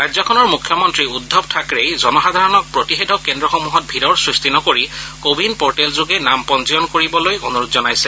ৰাজ্যখনৰ মুখ্যমন্ত্ৰী উদ্ধৱ থাকৰেই জনসাধাৰণক প্ৰতিষেধক কেন্দ্ৰসমূহত ভিৰৰ সৃষ্টি নকৰি কোৱিন পৰ্টেলযোগে নাম পঞ্জীয়ন কৰিবলৈ অনুৰোধ জনাইছে